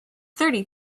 thirty